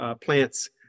plants